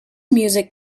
music